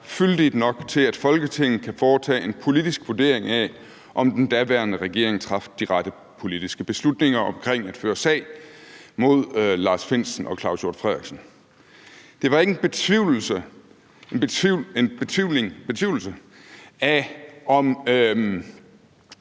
fyldigt nok til, at Folketinget kan foretage en politisk vurdering af, om den daværende regering traf de rette politiske beslutninger om at føre sag mod Lars Findsen og Claus Hjort Frederiksen. Det var ikke en betvivlelse af